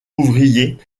ouvrier